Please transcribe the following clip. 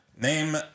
Name